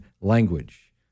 language